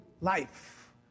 life